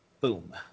Boom